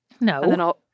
no